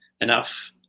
enough